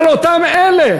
אבל אותם אלה